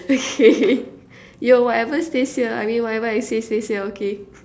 okay yo whatever stays here I mean whatever I say stays here okay